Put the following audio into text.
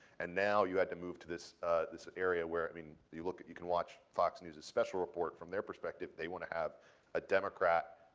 and, now, you had to move to this this area where i mean, you look at you can watch fox news' special report, from their perspective they want to have a democrat,